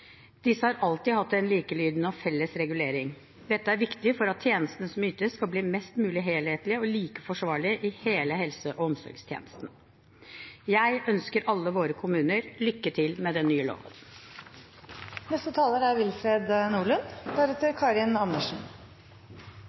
Disse har alltid hatt en likelydende og felles regulering. Dette er viktig for at tjenestene som ytes, skal bli mest mulig helhetlige og like forsvarlige i hele helse- og omsorgstjenesten. Jeg ønsker alle våre kommuner lykke til med den nye